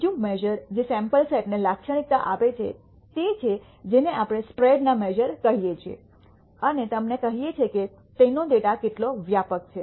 બીજું મેશ઼ર જે sample set ને લાક્ષણિકતા આપે છે તે છે જેને આપણે સ્પ્રેડના મેશ઼ર કહીએ છીએ અને તમને કહીએ છીએ કે તેનો ડેટા કેટલો વ્યાપક છે